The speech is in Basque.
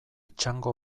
txango